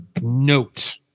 note